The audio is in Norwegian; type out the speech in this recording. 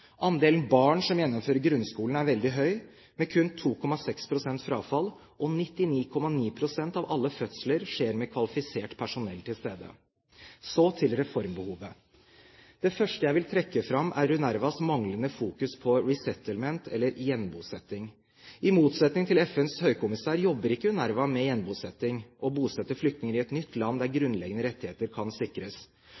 Andelen barn som gjennomfører grunnskolen er veldig høy, med kun 2,6 pst. frafall. Og 99,9 pst. av alle fødsler skjer med kvalifisert personell til stede. Så til reformbehovet. Det første jeg vil trekke fram, er UNRWAs manglende fokusering på «resettlement», eller gjenbosetting. I motsetning til FNs høykommissær jobber ikke UNRWA med gjenbosetting – å bosette flyktninger i et nytt land der